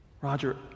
Roger